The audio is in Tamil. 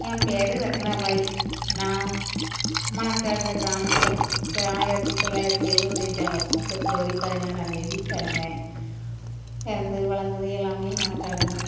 என் பேர் ரத்னா பாய் நான் மணக்காடுகிற கிராமத்தில் பா ஆயிரத்து தொள்ளாயிரத்தி எழுவத்தாஞ்சா வருஷம் பிப்ரவரி பதினாறாந்தேதி பிறந்தேன் பிறந்து வளர்ந்தது எல்லாமே மணக்காடு தான்